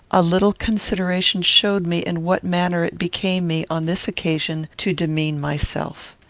a little consideration showed me in what manner it became me, on this occasion, to demean myself.